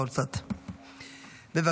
אחריה שרון ניר, ואחריה, ווליד טאהא.